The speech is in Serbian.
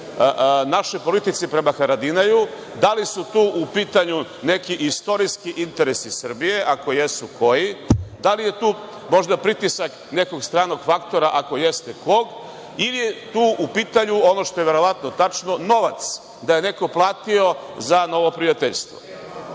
našoj politici prema Haradinaju? Da li su tu u pitanju neki istorijski interesi Srbije, ako jesu – koji, da li je tu, možda, pritisak nekog stranog faktora, ako jeste – kog, ili je tu u pitanju ono što je verovatno tačno – novac, da je neko platio za novo prijateljstvo? Nekoliko